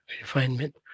refinement